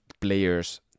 players